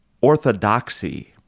orthodoxy